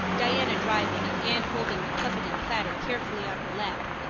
diana driving and anne holding the coveted platter carefully on her lap,